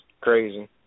crazy